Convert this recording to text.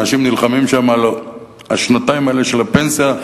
אנשים נלחמים שם על השנתיים האלה של הפנסיה.